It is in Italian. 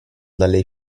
dalle